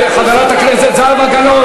גנבים,